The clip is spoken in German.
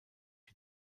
die